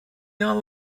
are